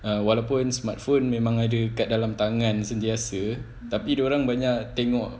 err walaupun smartphone memang ada kat dalam tangan sentiasa tapi dia orang banyak tengok